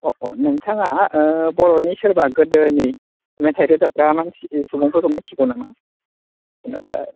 अ अ नोंथाङा बर'नि सोरबा गोदोनि मेथाय रोजाबग्रा मानसि एबा सुबुंफोरखौ मिथिगौ नामा जेनेबा